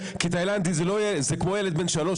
כי תאילנדי זה כמו ילד בן שלוש,